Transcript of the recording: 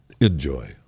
Enjoy